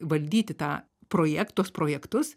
valdyti tą projektus projektus